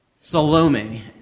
Salome